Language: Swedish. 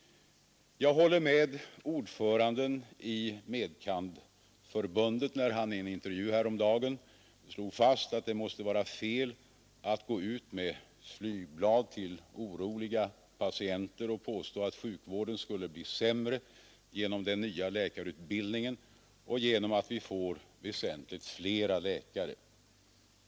Jag håller med ordföranden i med.kand.-förbundet när han i en intervju häromdagen slog fast att det måste vara fel att gå ut med flygblad till oroliga patienter och påstå att sjukvården skulle bli sämre genom den nya läkarutbildningen och genom att vi får väsentligt flera läkare.